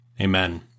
Amen